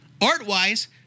Art-wise